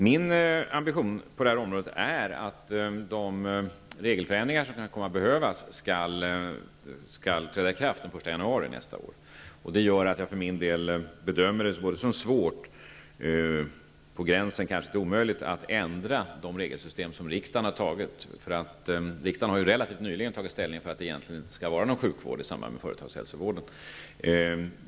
Min ambition är att de regelförändringar som kan komma att behövas skall träda i kraft den 1 januari nästa år. Jag bedömer det som svårt, på gränsen till omöjligt, att ändra de regelsystem som riksdagen har antagit. Riksdagen har relativt nyligen tagit ställning för att det egentligen inte skall bedrivas någon sjukvård i samband med företagshälsovården.